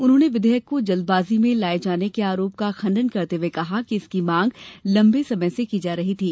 उन्होंने विधेयक को जल्दबाज़ी में लाये जाने के आरोप का खंडन करते हुए कहा कि इसकी मांग लम्बे समय से की जा रही थी